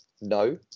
No